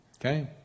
Okay